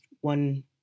one